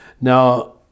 Now